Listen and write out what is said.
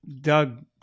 Doug